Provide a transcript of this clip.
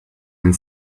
and